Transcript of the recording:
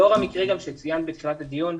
לאור המקרה שציינת בתחילת הדיון,